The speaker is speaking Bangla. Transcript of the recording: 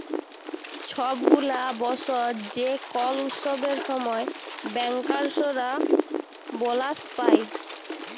ছব গুলা বসর যে কল উৎসবের সময় ব্যাংকার্সরা বলাস পায়